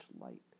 light